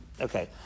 Okay